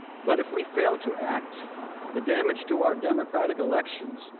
but if we fail to act the damage to our democratic elections,